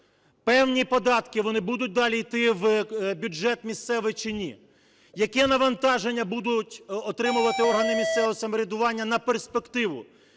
певні податки вони будуть далі йти в бюджет місцевий, чи ні? Яке навантаження будуть отримувати органи місцевого самоврядування на перспективу,